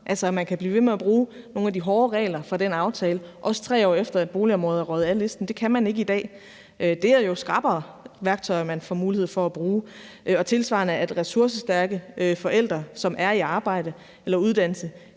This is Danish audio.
altså at man kan blive ved med at bruge nogle af de hårde regler fra den aftale, også 3 år efter et boligområde er røget af listen. Det kan man ikke i dag. Det er jo skrappere værktøjer, man får mulighed for at bruge, og tilsvarende øger det, at ressourcestærke forældre, som er i arbejde eller under uddannelse,